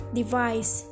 device